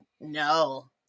no